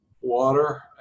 water